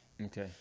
Okay